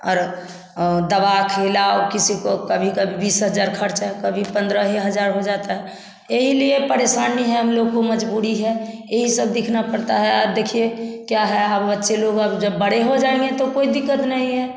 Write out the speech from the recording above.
और दवा खिलाओ किसी को कभी कभी बीस हज़ार खर्चा कभी पंद्रह हज़ार हो जाता है यही लिए परेशानी है हम लोग को मजबूरी है एही सब देखना पड़ता है अब देखिए क्या है अब बच्चे लोग अब जब बड़े हो जाएँगे तो कोई दिक्कत नहीं है